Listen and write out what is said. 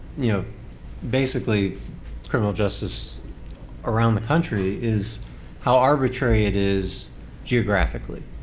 you know basically criminal justice around the country is how arbitrary it is geographically.